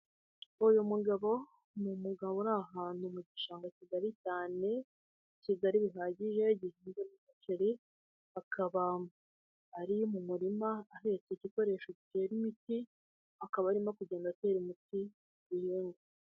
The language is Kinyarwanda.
Uyu mugabo, ni umugabo uri ahantu mu gishanga kigari cyane, ni kigari bihagije, gihinzemo umuceri, akaba ari mu murima ahetse igikoresho gitera imiti, akaba arimo kugenda atera umuti inyungu.